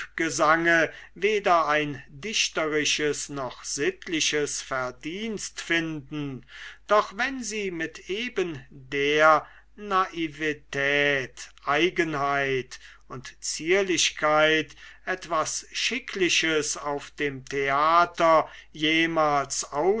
leibgesange weder ein dichterisches noch sittliches verdienst finden doch wenn sie mit eben der naivetät eigenheit und zierlichkeit etwas schickliches auf dem theater jemals